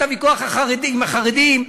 את הוויכוח עם החרדים,